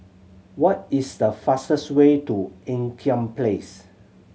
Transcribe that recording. what is the fastest way to Ean Kiam Place